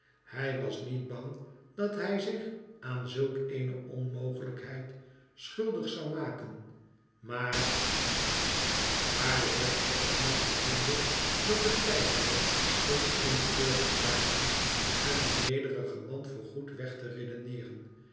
hij was niet bang dat hij zich aan zulk eene onmogelijkheid schuldig zou maken maar maar de heer podsnap gevoelde dat het tijd werd om eene kleur te krijgen en den nederigen man voorgoed weg te redeneeren